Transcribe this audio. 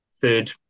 third